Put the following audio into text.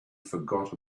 forgot